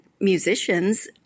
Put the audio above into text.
musicians